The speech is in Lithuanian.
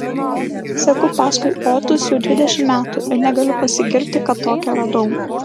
seku paskui otus jau dvidešimt metų ir negaliu pasigirti kad tokią radau